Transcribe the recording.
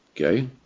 Okay